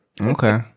Okay